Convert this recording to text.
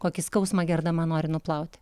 kokį skausmą gerdama nori nuplauti